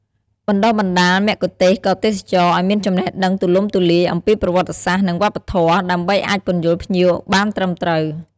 បណ្ដុះបណ្ដាលមគ្គុទ្ទេសក៍ទេសចរណ៍ឱ្យមានចំណេះដឹងទូលំទូលាយអំពីប្រវត្តិសាស្ត្រ និងវប្បធម៌ ដើម្បីអាចពន្យល់ភ្ញៀវបានត្រឹមត្រូវ។